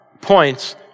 points